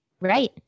Right